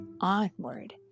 onward